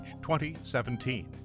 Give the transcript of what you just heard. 2017